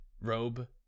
robe